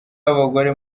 w’abagore